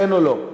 כן או לא?